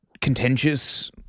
contentious